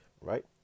right